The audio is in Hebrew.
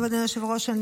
אדוני היושב-ראש,